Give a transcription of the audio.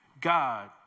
God